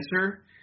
answer